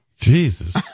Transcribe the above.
Jesus